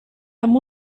amb